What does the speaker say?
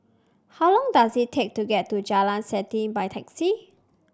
how long does it take to get to Jalan Selanting by taxi